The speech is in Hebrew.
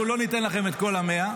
אנחנו לא ניתן לכם את כל ה-100,